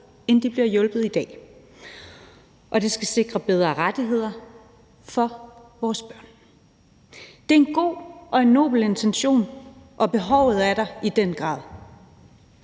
end de bliver hjulpet i dag. Det skal sikre bedre rettigheder for vores børn. Det er en god og en nobel intention, og behovet er der i den grad.